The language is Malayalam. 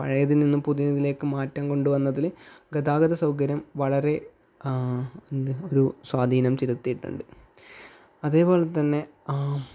പഴയതിൽ നിന്ന് പുതിയതിലേക്ക് മാറ്റം കൊണ്ട് വന്നതിൽ ഗതാഗത സൗകര്യം വളരെ എന്ത് ഒരു സ്വാധീനം ചെലുത്തിയിട്ടുണ്ട് അതേപോലെ തന്നെ